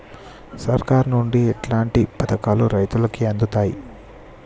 సర్కారు నుండి ఎట్లాంటి పథకాలు రైతులకి అందుతయ్?